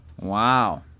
Wow